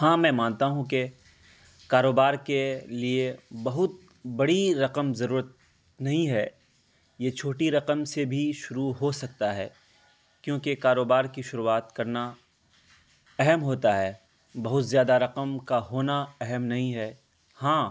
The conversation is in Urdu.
ہاں میں مانتا ہوں کہ کاروبار کے لیے بہت بڑی رقم ضرورت نہیں ہے یہ چھوٹی رقم سے بھی شروع ہو سکتا ہے کیونکہ کاروبار کی شروعات کرنا اہم ہوتا ہے بہت زیادہ رقم کا ہونا اہم نہیں ہے ہاں